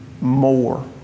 more